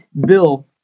Bill